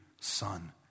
son